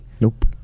Nope